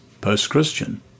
post-Christian